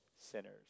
Sinners